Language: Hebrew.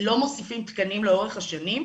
לא מוסיפים תקנים לאורך השנים,